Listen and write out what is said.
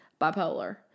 bipolar